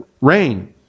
rain